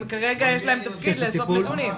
ולכן כרגע יש להם תפקיד לאסוף נתונים.